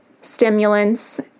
stimulants